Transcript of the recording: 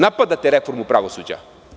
Napadate reformu pravosuđa.